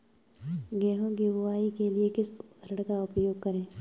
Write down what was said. गेहूँ की बुवाई के लिए किस उपकरण का उपयोग करें?